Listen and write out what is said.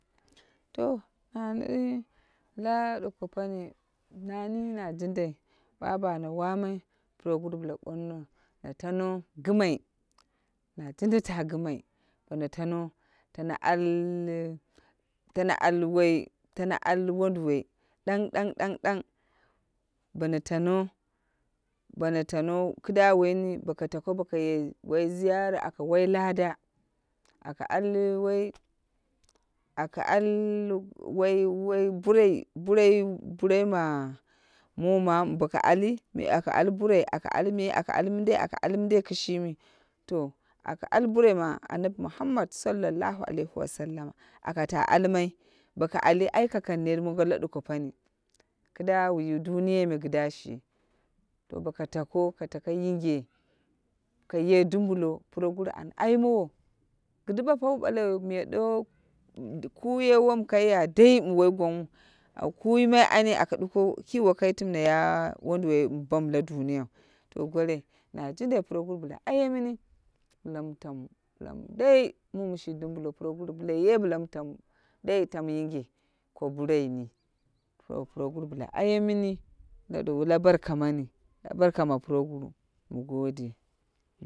To nani la ɗuko pani nani najindai ɓa bano wamai puroguru bila ɓonno na tano gɨmai, na jindata gɨmai. Bono tano tano al woi tano al wonduwo ɗang ɗang ɗang ɗang bono tano bono tano ki da woini boko tako boko ye ziyara a ka wai lada. Aka al woi aka all woi- oi buroi, buroi buroi ma mu mamu. Bo ko ali me al buroi a alme aka almindei, aka al mindei kishimi. To aka al buroi ma annabi muhammad sallahu alaihu wa sallama a ka ta almai. Bo ko ali ai ka kang net mongo la ɗuko pani, kɨ da wu ye duniya me kɨda shi. To bo ko tako ka yinge ka ye dumbulo puroguro an ai mowo. Kɨduwa pa wu ɓale miya dowe, kuye wom kai ya dai mi woi gwangwu au kayumai ane aka ɗuko ki wo kai timne ye wonduwoi mi bam la duniyau. To goroi na jindai puroguru bila ayemeni. Bila mi tamu, dai mumi shi dumbulo puroguru bila ye bila mu tamu mu yinge ko buroin na ni to pu bila ayemini la barka mani, la barka, a puroguru. Mu gode.